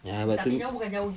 ya waktu